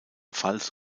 pfalz